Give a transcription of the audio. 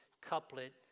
couplet